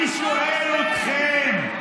אני שואל אתכם,